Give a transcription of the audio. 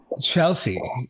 Chelsea